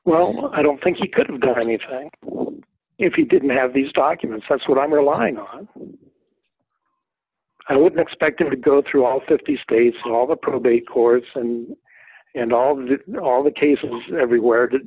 well i don't think he could have done anything if he didn't have these documents that's what i'm relying on i would expect him to go through all fifty states all the probate courts and and all of the know all the cases everywhere